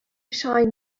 shine